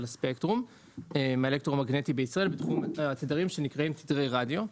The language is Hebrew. הספקטרום האלקטרומגנטי בישראל בתחום התדרים שנקראים "תדרי רדיו",